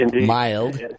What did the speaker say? mild